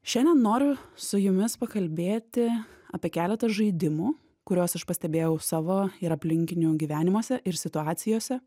šiandien noriu su jumis pakalbėti apie keletą žaidimų kuriuos aš pastebėjau savo ir aplinkinių gyvenimuose ir situacijose